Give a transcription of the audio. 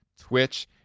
Twitch